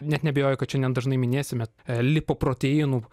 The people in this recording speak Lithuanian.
net neabejoju kad šiandien dažnai minėsime lipoproteinų